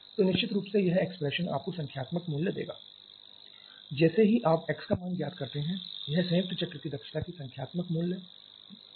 तो निश्चित रूप से यह एक्सप्रेशन आपको संख्यात्मक मूल्य देगा जैसे ही आप x का मान ज्ञात करते हैं यह संयुक्त चक्र की दक्षता की संख्यात्मक मूल्य होगा